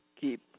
keep